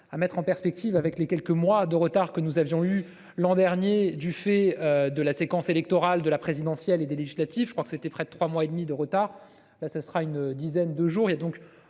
à mettre en perspective avec les quelques mois de retard que nous avions eu l'an dernier, du fait de la séquence électorale de la présidentielle et des législatives. Je crois que c'était près de 3 mois et demi de retard là ce sera une dizaine de jours